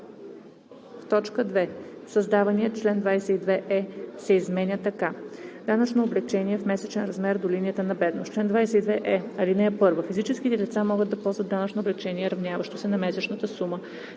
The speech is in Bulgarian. В т. 2 създаваният чл. 22е се изменя така: „Данъчно облекчение в месечен размер до линията на бедност Чл. 22е. (1) Физическите лица могат да ползват данъчно облекчение, равняващо се на месечната сума